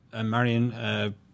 Marion